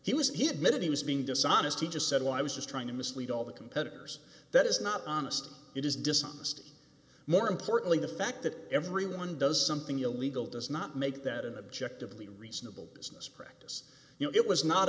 he was he admitted he was being dishonest he just said well i was just trying to mislead all the competitors that is not honest it is dishonest more importantly the fact that everyone does something illegal does not make that an object of the reasonable business practice you know it was not